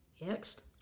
Next